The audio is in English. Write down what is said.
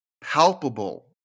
palpable